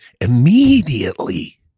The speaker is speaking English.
immediately